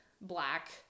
black